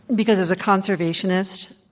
because, as a conservationist,